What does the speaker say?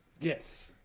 Yes